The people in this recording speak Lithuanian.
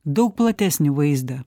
daug platesnį vaizdą